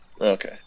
Okay